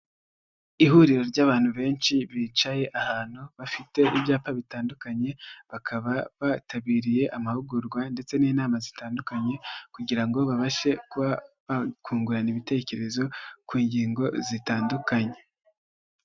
Ihuriro ry'abantu benshi bicaye ahantu, bafite ibyapa bitandukanye, bakaba bitabiriye amahugurwa ndetse n'inama zitandukanye kugira ngo babashe kungurana ibitekerezo, ku ngingo zitandukanye.